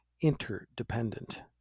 interdependent